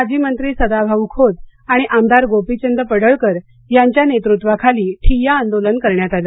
माजी मंत्री सदाभाऊ खोत आणि आमदार गोपीचंद पडळकर यांच्या नेतृत्वाखाली ठिय्या आंदोलन करण्यात आलं